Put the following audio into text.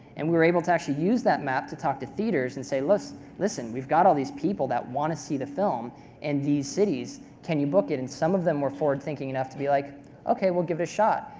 and we were able to actually use that map to talk to theaters and say listen, we've got all these people that want to see the film in and these cities, can you book it? and some of them were forward thinking enough to be like ok, we'll give it a shot.